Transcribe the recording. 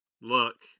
Look